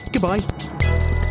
Goodbye